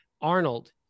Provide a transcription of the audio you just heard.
Arnold